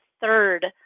third